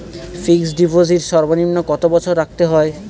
Fixed deposit সর্বনিম্ন কত বছর রাখতে হয়?